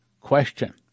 Question